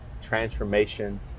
transformation